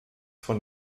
von